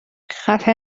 خفه